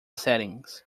settings